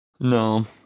No